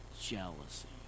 jealousy